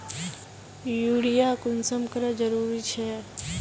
Urea कुंसम करे जरूरी छै?